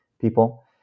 people